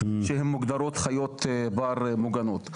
שהן מוגדרות חיות בר מוגנות.